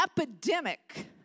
epidemic